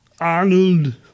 Arnold